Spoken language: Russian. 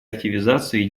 активизации